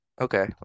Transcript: Okay